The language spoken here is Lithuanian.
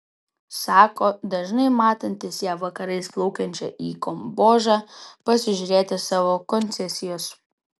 sako dažnai matantis ją vakarais plaukiančią į kambodžą pasižiūrėti savo koncesijos